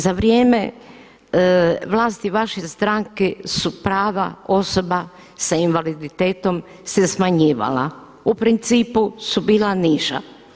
Za vrijeme vlasti vaše stranke su prava osoba s invaliditetom se smanjivala u principu su bila niža.